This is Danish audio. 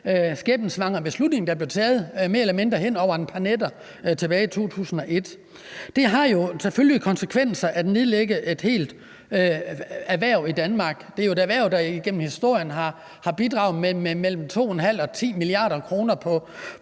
skæbnesvangre beslutning, der blev taget mere eller mindre hen over et par nætter tilbage i 2001. Det har selvfølgelig konsekvenser at nedlægge et helt erhverv i Danmark. Det er jo et erhverv, der igennem historien har bidraget med mellem 2,5 og 10 mia. kr. i